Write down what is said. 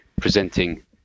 presenting